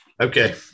Okay